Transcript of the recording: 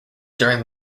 during